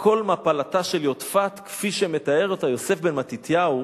לכל מפלתה של יודפת כפי שמתאר אותה יוסף בן מתתיהו.